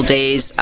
days